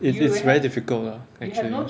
it's it's very difficult lah actually